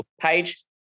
page